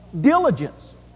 diligence